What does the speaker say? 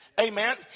Amen